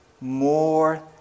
more